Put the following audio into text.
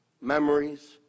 memories